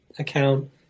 account